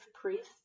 priests